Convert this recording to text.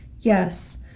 Yes